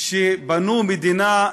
למה חזרת?